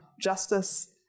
justice